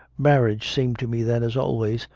marriage seemed to me then, as always,